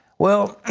well,